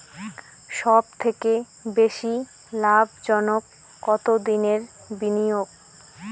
সবথেকে বেশি লাভজনক কতদিনের বিনিয়োগ?